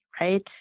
right